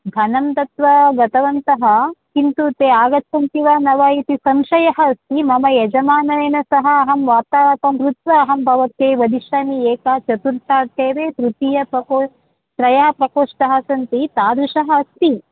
धनं दत्वा गतवन्तः किन्तु ते आगच्छन्ति वा न वा इति संशयः अस्ति मम यजमानेन सह अहं वार्तालापं कृत्वा अहं भवत्याः वदिष्यामि एका चतुर्थात् स्तरे तृतीयप्रकोष्टे त्रयः प्रकोष्टाः सन्ति तादृशः अस्ति